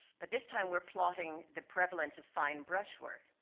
but this time, we're plotting the prevalence of fine brushwork.